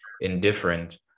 indifferent